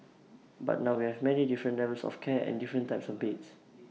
but now we have many different levels of care and different types of beds